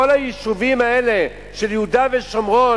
כל היישובים האלה של יהודה ושומרון,